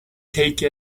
take